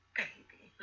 baby